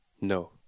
No